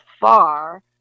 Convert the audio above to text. far